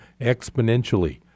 exponentially